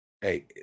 Hey